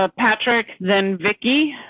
ah patrick, then vicki.